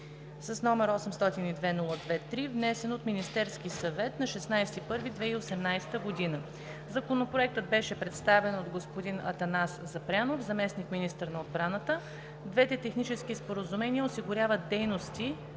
№ 802-02-3, внесен от Министерския съвет на 16 януари 2018 г. Законопроектът беше представен от господин Атанас Запрянов, заместник-министър на отбраната. Двете технически споразумения осигуряват дейности